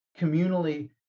communally